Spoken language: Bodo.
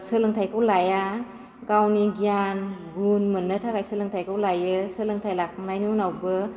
सोलोंथाइखौ लाया गावनि गियान गुन मोननो थाखाय सोलोंथाइखौ लायो सोलोंथाइ लाखांनायनि उनावबो